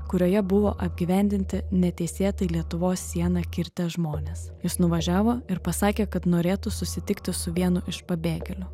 kurioje buvo apgyvendinti neteisėtai lietuvos sieną kirtę žmonės jis nuvažiavo ir pasakė kad norėtų susitikti su vienu iš pabėgėlių